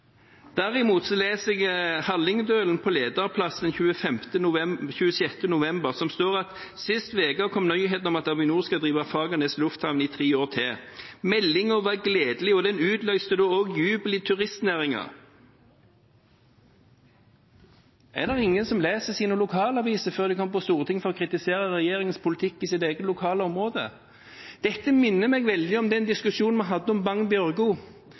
Derimot leser jeg Hallingdølen på lederplass 26. november, der det står: «Sist veke kom nyheita om at Avinor skal drive Fagernes Lufthavn, Leirin i tre år til Meldinga var gledeleg, og den utløyste då også jubel i turistnæringa.» Er det ingen som leser sine lokalaviser før de kommer på Stortinget for å kritisere regjeringens politikk i sitt eget lokale områder. Dette minner meg veldig om den diskusjonen vi hadde om